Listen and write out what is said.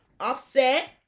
offset